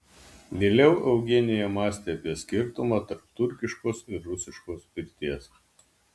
vėliau eugenija mąstė apie skirtumą tarp turkiškos ir rusiškos pirties